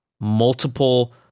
multiple